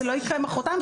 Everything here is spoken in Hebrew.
זה לא יקרה מחרתיים,